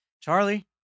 Charlie